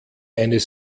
eines